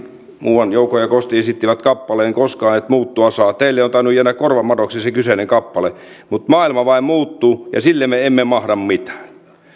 muuan jouko ja kosti esittivät kappaleen koskaan et muuttua saa ja teille on tainnut jäädä korvamadoksi se kyseinen kappale mutta maailma vain muuttuu ja sille me emme mahda mitään